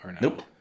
Nope